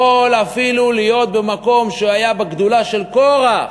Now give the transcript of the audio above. יכול אפילו להיות במקום שהיה בגדולה של קורח,